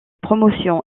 promotion